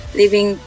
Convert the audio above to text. living